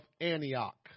Antioch